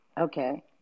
Okay